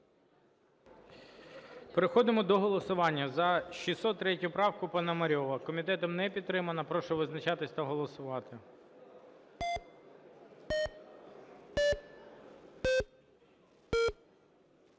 Переходимо до голосування за 603 правку Пономарьова. Комітетом не підтримана. Прошу визначатись та голосувати.